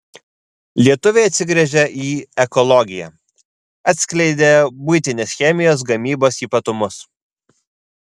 lietuviai atsigręžia į ekologiją atskleidė buitinės chemijos gamybos ypatumus